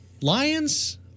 lions